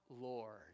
Lord